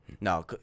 No